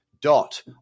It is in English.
dot